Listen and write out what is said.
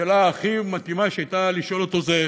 השאלה הכי מתאימה שהייתה לשאול אותו זה: